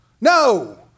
No